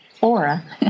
aura